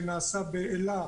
שנעשתה באל"ה,